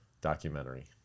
documentary